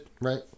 right